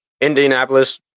Indianapolis